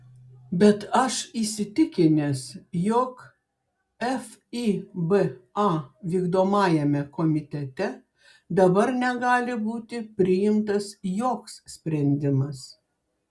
bet aš įsitikinęs jog fiba vykdomajame komitete dabar negali būti priimtas joks sprendimas